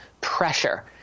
pressure